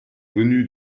venus